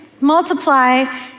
multiply